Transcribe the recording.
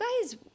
guys